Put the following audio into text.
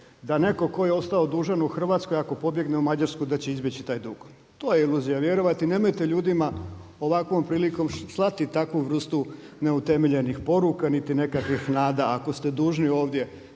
da netko tko je ostao dužan u Hrvatskoj ako pobjegne u Mađarsku da će izbjeći taj dug. To je iluzija vjerovati. Nemojte ljudima ovakvom prilikom slati takvu vrstu neutemeljenih poruka niti nekakvih nada. Ako ste dužni ovdje